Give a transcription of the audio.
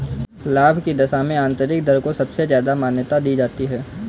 लाभ की दशा में आन्तरिक दर को सबसे ज्यादा मान्यता दी जाती है